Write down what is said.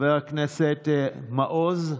חבר הכנסת מעוז,